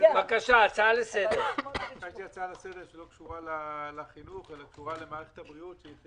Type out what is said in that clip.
הצעה לסדר שקשורה למערכת הבריאות.